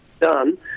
done